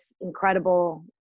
incredible